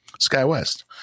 SkyWest